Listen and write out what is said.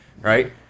right